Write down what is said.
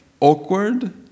awkward